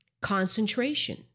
concentration